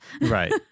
Right